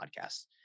podcasts